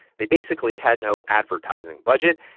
they basically had no advertising budget.